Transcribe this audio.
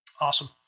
Awesome